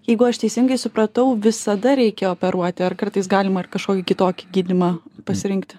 jeigu aš teisingai supratau visada reikia operuoti ar kartais galima ir kažkokį kitokį gydymą pasirinkti